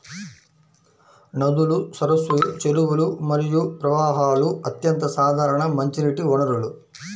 నదులు, సరస్సులు, చెరువులు మరియు ప్రవాహాలు అత్యంత సాధారణ మంచినీటి వనరులు